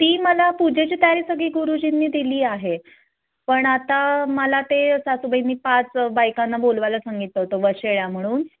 ती मला पूजेची तारी सगळी गुरुजींनी दिली आहे पण आता मला ते सासूबाईंनी मी पाच बायकांना बोलवायला सांगितलं होतं वशेळ्या म्हणून